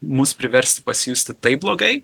mus priversti pasijusti taip blogai